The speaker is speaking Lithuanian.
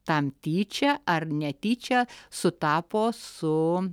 tam tyčia ar netyčia sutapo su